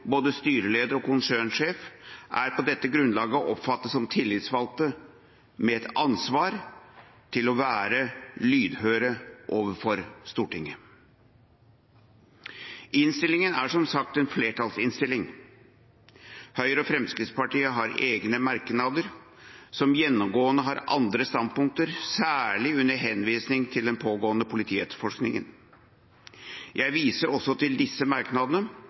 både styreleder og konsernsjef, er på dette grunnlaget å oppfatte som tillitsvalgte med et ansvar for å være lydhøre overfor Stortinget. Innstillinga er som sagt en flertallsinnstilling. Høyre og Fremskrittspartiet har egne merknader som gjennomgående har andre standpunkter, særlig under henvisning til den pågående politietterforskningen. Jeg viser også til disse merknadene